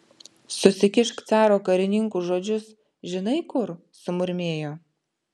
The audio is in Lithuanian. susikišk caro karininkų žodžius žinai kur sumurmėjo